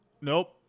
nope